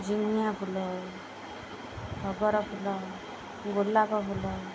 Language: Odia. ଜିନିଆ ଫୁଲ ଟଗର ଫୁଲ ଗୋଲାପ ଫୁଲ